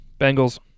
Bengals